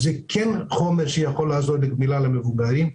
זה כן חומר שיכול לעזור לגמילה למבוגרים,